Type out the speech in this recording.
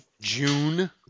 June